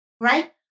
Right